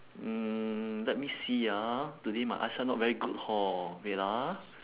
mm let me see ah today my eyesight not very good hor wait ah